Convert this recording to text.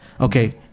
okay